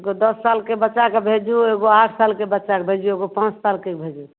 एगो दस सालके बच्चाके भेजू एगो आठ सालके बच्चाके भेजियौ एगो पाँच सालके भेजू